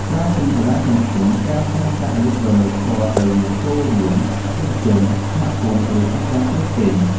ក្រៅពីបណ្ដាញសង្គម ការផ្ញើសារអេឡិចត្រូនិចផ្ទាល់ទៅអ្នកចូលរួម អតិថិជន សហគមន៍ ឬអង្គការផ្សេងៗ